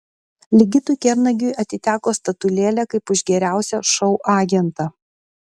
ligitui kernagiui atiteko statulėlė kaip už geriausią šou agentą